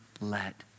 let